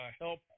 help